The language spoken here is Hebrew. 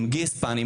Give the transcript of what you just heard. עם גיספן,